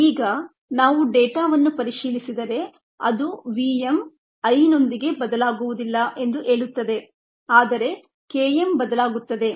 ಈಗ ನಾವು ಡೇಟಾವನ್ನು ಪರಿಶೀಲಿಸಿದರೆ ಅದು Vm I ನೊಂದಿಗೆ ಬದಲಾಗುವುದಿಲ್ಲ ಎಂದು ಹೇಳುತ್ತದೆ ಆದರೆ Km ಬದಲಾಗುತ್ತದೆ